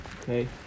okay